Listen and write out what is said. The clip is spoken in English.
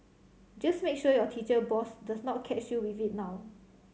just make sure your teacher boss does not catch you with it now